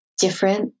different